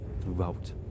throughout